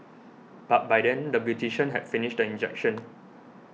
but by then the beautician had finished the injection